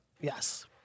Yes